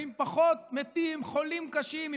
ועם פחות מתים וחולים קשים,